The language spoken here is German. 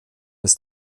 des